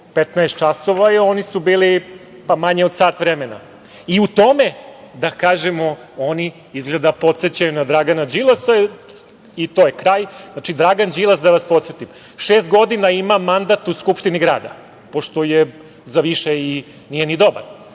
15.00 časova, a oni su bili manje od sat vremena. U tome oni, izgleda, podsećaju na Dragana Đilasa i to je kraj. Znači, Dragan Đilas, da vas podsetim, šest godina ima mandat u Skupštini grada, pošto za više nije ni dobar,